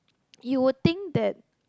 you would think that